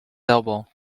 elbow